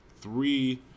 three